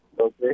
Okay